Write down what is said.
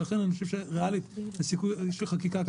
לכן אני חושב שריאלית הסיכוי לחקיקה כזאת קטן.